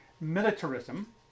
militarism